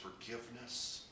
forgiveness